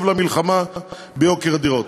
טוב למלחמה ביוקר הדירות.